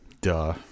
Duh